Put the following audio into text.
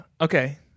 okay